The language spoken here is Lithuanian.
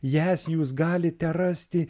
jas jūs galite rasti